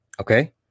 okay